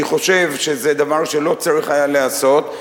אני חושב שזה דבר שלא צריך היה להיעשות,